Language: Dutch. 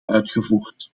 uitgevoerd